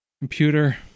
Computer